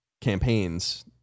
campaigns